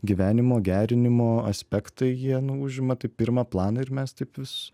gyvenimo gerinimo aspektai jie nu užima tai pirmą planą ir mes taip vis